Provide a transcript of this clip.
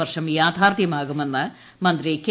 വർഷം യാഥാർത്ഥ്യമാകുമെന്ന് മന്ത്രി കെ